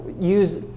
use